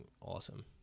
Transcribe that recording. awesome